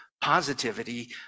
Positivity